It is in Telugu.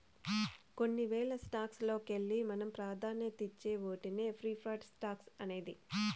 కొన్ని వేల స్టాక్స్ లోకెల్లి మనం పాదాన్యతిచ్చే ఓటినే ప్రిఫర్డ్ స్టాక్స్ అనేది